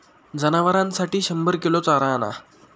जनावरांसाठी शंभर किलो चारा आणा